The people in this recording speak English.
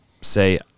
say